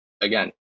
again